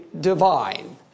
divine